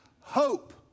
hope